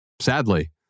Sadly